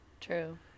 True